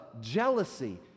jealousy